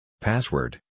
password